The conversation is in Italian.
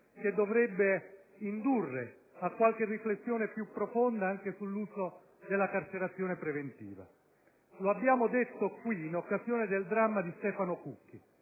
che dovrebbe indurre a qualche riflessione più profonda anche sull'uso della carcerazione preventiva. Lo abbiamo detto qui in occasione del dramma di Stefano Cucchi